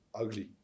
ugly